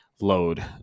load